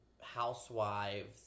housewives